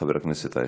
חבר הכנסת אייכלר.